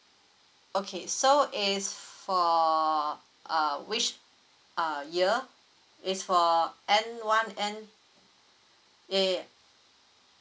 okay so it's for uh which uh year it's for end one and ya ya ya